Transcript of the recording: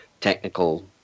technical